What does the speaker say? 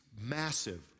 massive